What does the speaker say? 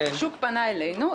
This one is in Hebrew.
השוק פנה אלינו.